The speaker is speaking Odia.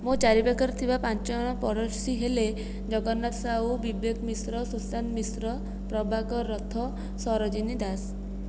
ମୋ ଚାରିପାଖରେ ଥିବା ପାଞ୍ଚଜଣ ପୋଡ଼ଶୀ ହେଲେ ଜଗନ୍ନାଥ ସାହୁ ବିବେକ ମିଶ୍ର ସୁଶାନ୍ତ ମିଶ୍ର ପ୍ରଭାକର ରଥ ସରୋଜିନୀ ଦାସ